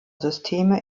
systeme